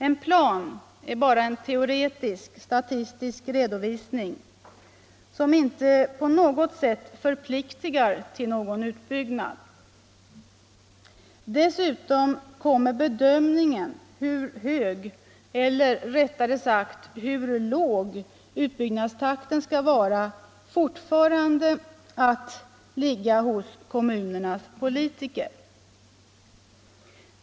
En plan är bara en teoretisk statistisk redovisning som inte på något sätt förpliktar till någon utbyggnad. Dessutom kommer bedömningen av hur hög, eller rättare sagt hur låg, utbyggnadstakten skall vara fortfarande att ligga hos kommunernas politiker.